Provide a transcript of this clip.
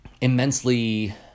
immensely